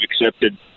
accepted